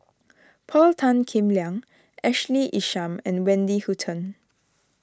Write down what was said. Paul Tan Kim Liang Ashley Isham and Wendy Hutton